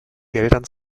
geldern